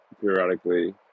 periodically